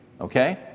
okay